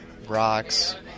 Rocks